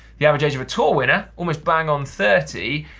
the average age of a tour winner, almost bang on thirty,